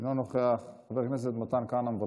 אינו נוכח, חבר הכנסת מתן כהנא, מוותר,